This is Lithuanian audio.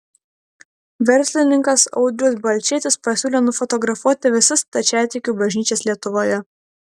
verslininkas audrius balčėtis pasiūlė nufotografuoti visas stačiatikių bažnyčias lietuvoje